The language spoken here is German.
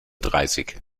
dreißig